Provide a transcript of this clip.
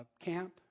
camp